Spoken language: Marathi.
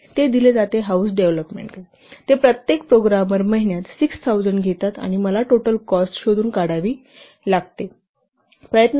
हे दिले जाते की हाऊस डेव्हलोप ते प्रत्येक प्रोग्रामर महिन्यात 6000 घेतात आणि मला टोटल कॉस्ट शोधून काढावी लागेल